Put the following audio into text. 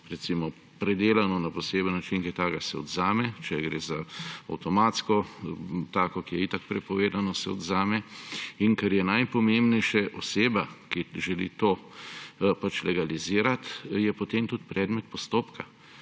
predelano na poseben način, se odvzame, če gre za avtomatsko, ki je itak prepovedano, se odvzame. In kar je najpomembnejše, oseba, ki želi to legalizirati, je potem tudi predmet postopka,